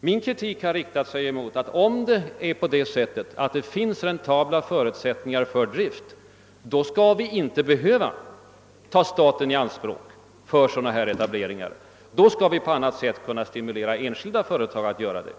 Min kritik har inriktats på att framhålla att om det finns förutsättningar för räntabel drift, då skall vi inte behöva ta staten i anspråk för sådana etableringar. Då bör vi i stället kunna stimulera enskilda företag att etablera.